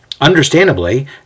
Understandably